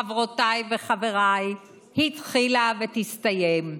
חברותיי וחבריי, התחילה ותסתיים.